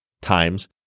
times